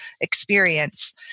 experience